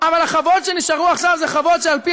אבל החוות שנשארו עכשיו הן חוות שעל-פי